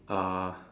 uh